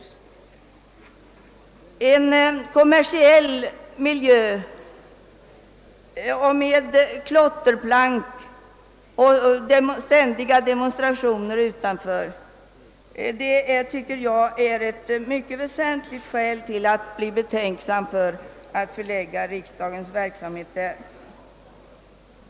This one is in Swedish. Det är en kommersiell miljö, som tillsammans med klotterplanket och de ständiga demonstrationerna där är mycket väsentlig anledning till att man bör ställa sig tveksam till en förläggning av riksdagens verksamhet dit.